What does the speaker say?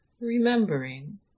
remembering